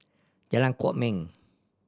Jalan Kwok Min